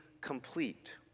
complete